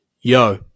Yo